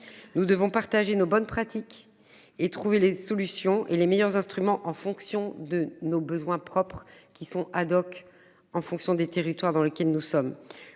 Nous devons partager nos bonnes pratiques et trouver les solutions et les meilleurs instruments en fonction de nos besoins propres qui sont Haddock en fonction des territoires dans lequel nous sommes,